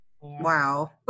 wow